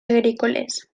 agrícoles